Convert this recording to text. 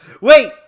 Wait